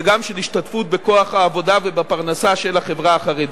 וגם של השתתפות בכוח העבודה ובפרנסה של החברה החרדית.